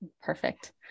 perfect